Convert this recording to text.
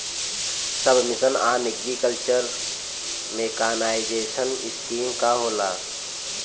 सब mission on agriculture mechanisation scheme का होला?